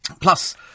Plus